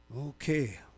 Okay